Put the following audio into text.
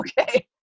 okay